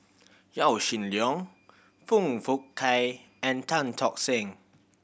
Yaw Shin Leong Foong Fook Kay and Tan Tock Seng